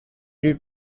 tree